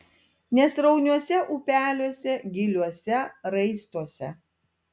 nesrauniuose upeliuose giliuose raistuose